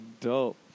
Dope